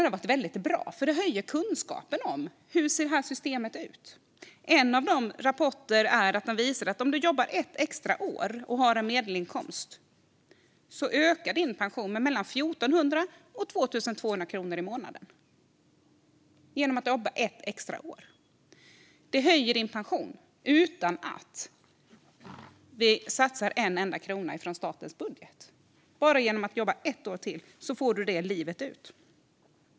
Det har varit bra. Det ökar kunskapen om hur systemet ser ut. En av rapporterna visar att om man har medelinkomst och jobbar ett extra år höjer man sin pension med mellan 1 400 och 2 200 kronor i månaden - genom att jobba ett extra år. Det höjer pensionen utan att det satsas en enda krona från statens budget. Genom att jobba bara ett år till får man det livet ut.